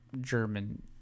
German